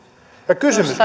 kysymys